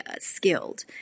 skilled